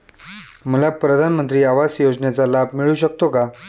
मला प्रधानमंत्री आवास योजनेचा लाभ मिळू शकतो का?